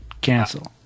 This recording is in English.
cancel